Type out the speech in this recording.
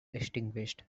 extinguished